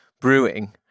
brewing